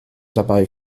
dabei